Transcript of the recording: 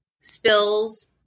spills